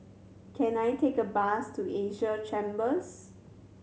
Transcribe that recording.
can I take a bus to Asia Chambers